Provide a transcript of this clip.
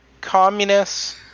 communists